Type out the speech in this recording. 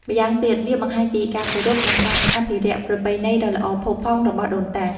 ម្យ៉ាងទៀត វាបង្ហាញពីការគោរព និងការអភិរក្សប្រពៃណីដ៏ល្អផូរផង់របស់ដូនតា។